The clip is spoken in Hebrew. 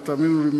ותאמינו לי,